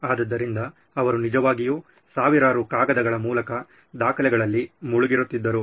ಆದ್ದರಿಂದ ಅವರು ನಿಜವಾಗಿಯೂ ಸಾವಿರಾರು ಕಾಗದಗಳ ಮೂಲಕ ದಾಖಲೆಗಳಲ್ಲಿ ಮುಳುಗಿರುತ್ತಿದ್ದರು